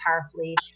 powerfully